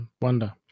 wonder